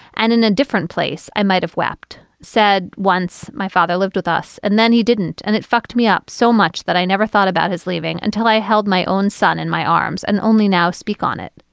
and in a different place. i might have wept, said once. my father lived with us. and then he didn't. and it fucked me up so much that i never thought about his leaving until i held my own son in my arms. and only now speak on it.